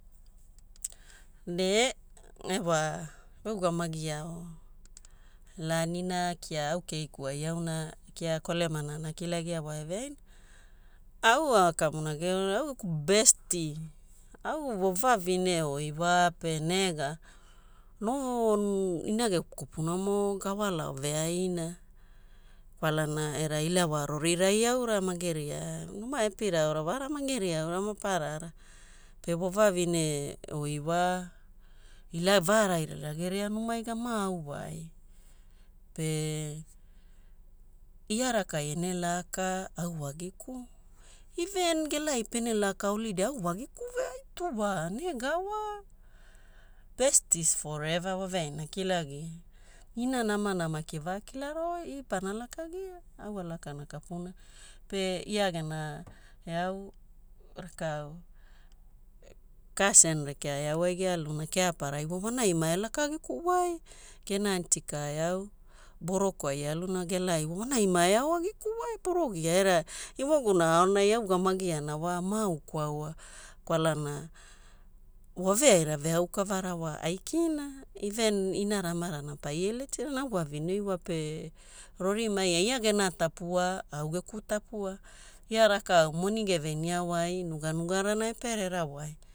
Ne newa veugamagiao laanina kia au keikuai auna kia kolemana ana kilagia wa eveaina. Au akamurageo au geku besty, au wavavine oi wape nega no inage kopunamo gawalao veaina kwalana era ila wa rorirai aura mageria wa epira aura wara mageria aura maparara. Pe wavavine oi wa ila varaira ila geria numai gamauwai. Pe ia rakai ene laka, au wagiku. Even gelai pene laka holiday au wagiku vea, ai two wa negawa, besties forever, waveaina ana kilagia. Inana amana maki evakilarawai, ia pana lakagia au alakana kapunai. Pe ia gena eau rakau cousin rekea eauai gealuna, Keaparai, wa wanai maki maelakagiku wai. Gena aunty ka eau Boroko ai ealuna gelai, wanai mae aoagikuwai, poro giaa era ewaguna aonai augamagiana wa maaukwaua. Kwalana waveaira veaukavara wa aikina. Even inara amarana paie letira na au wavavine oi wape rorimai ai. Ia gena tapua, au geku tapua. Ia rakau moni gevenia wai, nuganugarana epererawai.